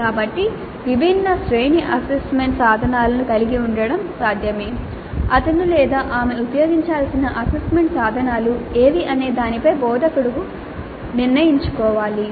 కాబట్టి విభిన్న శ్రేణి అసెస్మెంట్ సాధనాలను కలిగి ఉండటం సాధ్యమే అతను లేదా ఆమె ఉపయోగించాల్సిన అసెస్మెంట్ సాధనాలు ఏవి అనే దానిపై బోధకుడు నిర్ణయించుకోవాలి